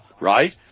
right